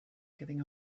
giving